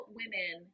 women